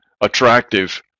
attractive